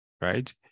right